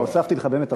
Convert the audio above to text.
אני הוספתי לך הרבה זמן.